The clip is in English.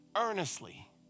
earnestly